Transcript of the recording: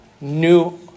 New